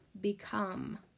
become